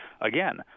again